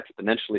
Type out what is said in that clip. exponentially